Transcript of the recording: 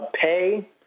pay